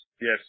yes